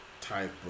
type